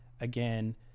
again